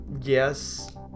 yes